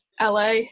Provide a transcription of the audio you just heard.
LA